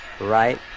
right